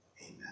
Amen